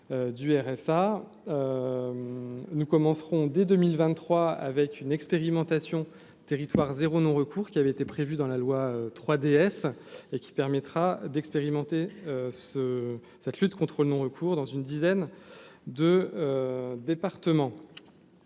nous commencerons dès 2023 avec une expérimentation territoires 0 non-recours qui avait été prévu dans la loi 3DS et qui permettra d'expérimenter ce cette lutte contre le non recours dans une dizaine de départements